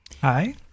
hi